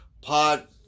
Pod